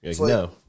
no